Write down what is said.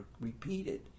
repeated